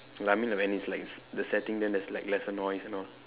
like I mean like when it's like the setting then there's like lesser noise and all